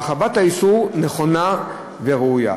הרחבת האיסור נכונה וראויה.